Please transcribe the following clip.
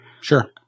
Sure